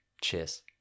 Cheers